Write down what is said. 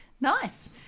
Nice